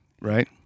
Right